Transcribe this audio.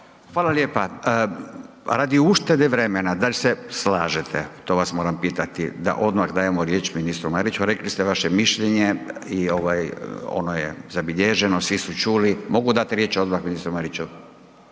Hvala lijepa. Radi uštede vremena, da li slažete, to vas moram pitati, da odmah dajemo riječ ministru Mariću, rekli ste vaše mišljenje i ovaj ono je zabilježeno, svi su čuli. Mogu dati riječ odmah ministru Mariću?